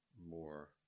more